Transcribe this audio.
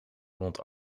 rond